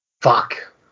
Fuck